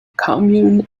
commune